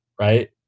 right